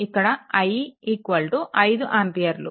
ఇక్కడ i 5 ఆంపియర్లు